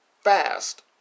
fast